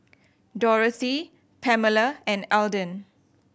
Dorathy Pamella and Alden